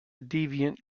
deviant